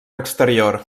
exterior